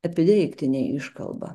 epideiktinė iškalba